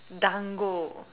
dango